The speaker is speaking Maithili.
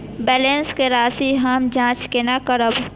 बैलेंस के राशि हम जाँच केना करब?